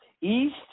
east